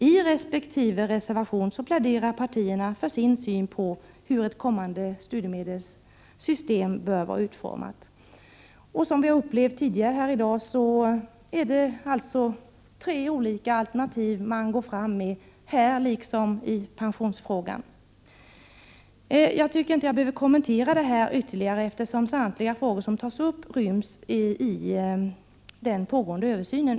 I resp. reservation pläderar partierna för sin syn på hur ett kommande studiemedelssystem bör vara utformat. Som vi har upplevt tidigare i dag är det alltså tre olika alternativ man går fram med, här liksom i pensionsfrågan. Jag tycker inte jag behöver kommentera detta ytterligare eftersom samtliga frågor som tas upp ryms i den pågående översynen.